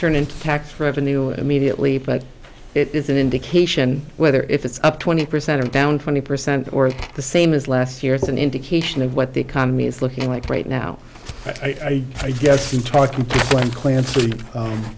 turn into tax revenue immediately but it is an indication whether it's up twenty percent or down twenty percent or the same as last year it's an indication of what the economy is looking like right now i guess in talking clancy